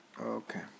okay